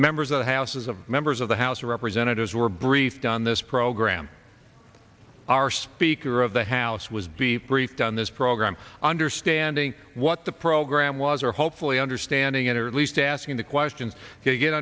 members of the houses of members of the house of representatives were briefed on this program our speaker of the house was be briefed on this program understanding what the program was or hopefully understanding it or at least asking the question get